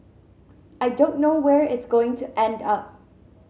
I don't know where it's going to end up